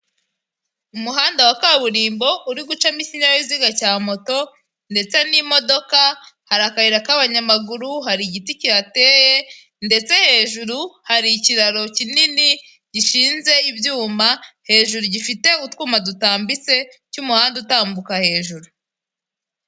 Umuhanda wa kaburimbo uri gucamo ikinyabiziga cya moto ndetse n'imodoka, hari akayira k'abanyamaguru, hari igiti kihateye ndetse hejuru hari ikiraro kinini gishinze ibyuma, hejuru gifite utwuma dutambitse cy'umuhanda utambuka hejuru.